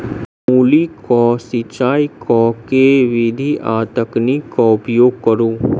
मूली केँ सिचाई केँ के विधि आ तकनीक केँ उपयोग करू?